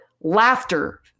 laughter